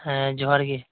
ᱦᱮᱸ ᱡᱚᱦᱟᱨ ᱜᱤ